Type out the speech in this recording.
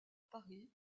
paris